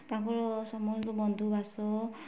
ତାଙ୍କର ସମସ୍ତେ ଯୋଉ ବନ୍ଧୁବାସ